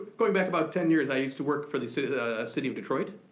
going back about ten years, i used to work for the city city of detroit.